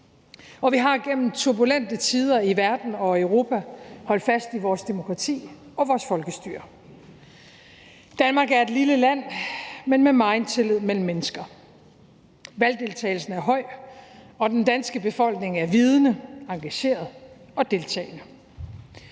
og vi har gennem turbulente tider i verden og i Europa holdt fast i vores demokrati og vores folkestyre. Danmark er et lille land, men med megen tillid mellem mennesker, valgdeltagelsen er høj, og den danske befolkning er vidende, engageret og deltagende.